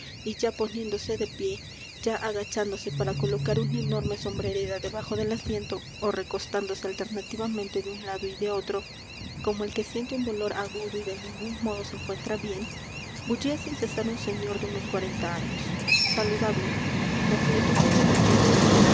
y ya poniéndose de pie ya agachándose para colocar una enorme sombrerera debajo del asiento ó recostándose alternativamente de un lado y de otro como el que siente un dolor agudo y de ningún modo se encuentra bien bullía sin cesar un señor de unos cuarenta años saludable mofletudo y rechoncho